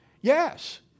Yes